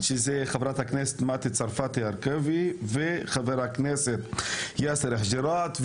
חברת הכנסת מטי צרפתי הרכבי וחבר הכנסת יאסר חודג'יראת.